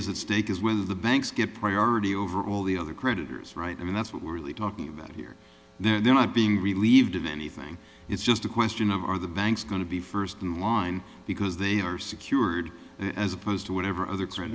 is at stake is whether the banks get priority over all the other creditors right i mean that's what we're really talking about here they're not being relieved of anything it's just a question of are the banks going to be first in line because they are secured as opposed to whatever other current